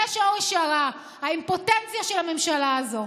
זה שורש הרע, האימפוטנציה של הממשלה הזאת.